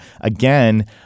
again